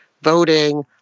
voting